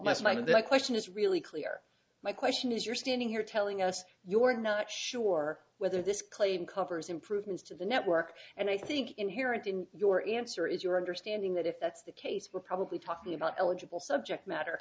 the question is really clear my question is you're standing here telling us your not sure whether this claim covers improvements to the network and i think inherent in your answer is your understanding that if that's the case we're probably talking about eligible subject matter